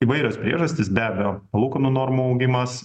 įvairios priežastys be abejo palūkanų normų augimas